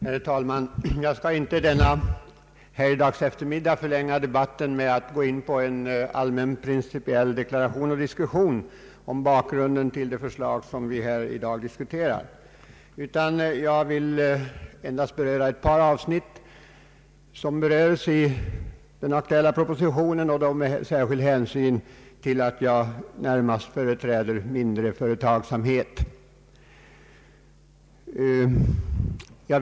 Herr talman! Jag skall inte denna helgdagseftermiddag förlänga debatten med att gå in på en allmän principiell deklaration och diskussion om bakgrunden till de förslag som vi i dag diskuterar. Jag vill endast ta upp ett par avsnitt som berörs i den aktuella propositionen och då med särskild hänsyn tagen till att jag närmast företräder mindre företagsamhet.